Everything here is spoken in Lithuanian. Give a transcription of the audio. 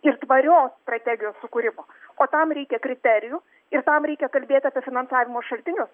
ir tvarios strategijos sukūrimo o tam reikia kriterijų ir tam reikia kalbėt apie finansavimo šaltinius